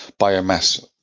biomass